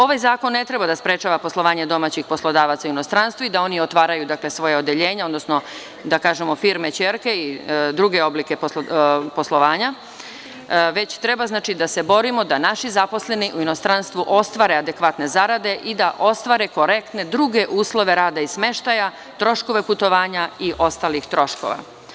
Ovaj zakon ne treba da sprečava poslovanje domaćih poslodavaca u inostranstvu i da oni otvaraju svoja odeljenja, odnosno, da tako kažemo, firme ćerke i druge oblike poslovanja, već treba da se borimo da naši zaposleni u inostranstvu ostvare adekvatne zarade i da ostvare korektne druge uslove rada i smeštaja, troškove putovanja i ostalih troškova.